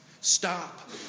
Stop